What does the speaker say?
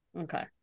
Okay